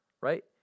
right